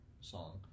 song